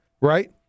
Right